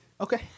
Okay